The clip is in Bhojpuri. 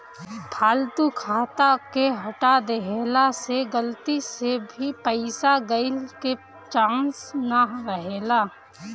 फालतू खाता के हटा देहला से गलती से भी पईसा गईला के चांस ना रहेला